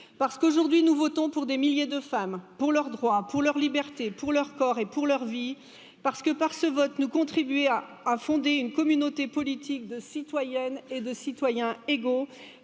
parce qu'aujourd'hui, nous votons pour des milliers de femmes pour leurs droits, pour leur liberté, pour leur corps et pour leur vie, parce que par ce vote, nous contribuons à fonder une communauté politique, de citoyennes et de citoyens égaux